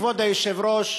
כבוד היושב-ראש,